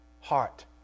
heart